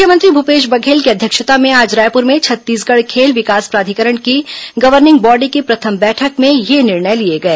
मुख्यमंत्री भूपेश बधेल की अध्यक्षता में आज रायपुर में छत्तीसगढ़ खेल विकास प्राधिकरण की गवर्निग बॉडी की प्रथम बैठक में ये निर्णय लिए गए